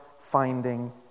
finding